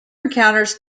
encounters